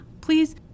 please